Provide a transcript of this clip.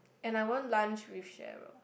and I won't lunch with Cheryl